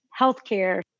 healthcare